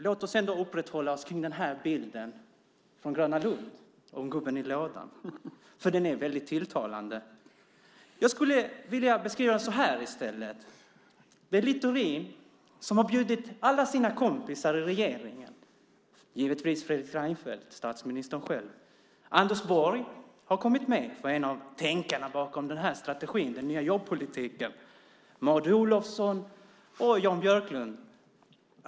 Låt oss uppehålla oss vid bilden från Gröna Lund och gubben i lådan, för den är tilltalande. Jag skulle vilja beskriva det så här i stället: Littorin har bjudit alla sina kompisar i regeringen. Han har givetvis bjudit Fredrik Reinfeldt, statsministern själv. Anders Borg har kommit med, för han är ju en av tänkarna bakom strategin med den nya jobbpolitiken. Maud Olofsson och Jan Björklund är med.